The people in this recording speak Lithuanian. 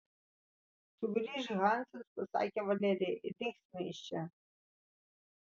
sugrįš hansas pasakė valerija ir dingsime iš čia